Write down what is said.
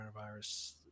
coronavirus